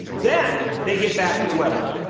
then they get back to the weather.